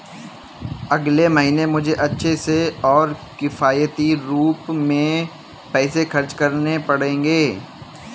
अगले महीने मुझे अच्छे से और किफायती रूप में पैसे खर्च करने पड़ेंगे